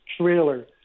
trailer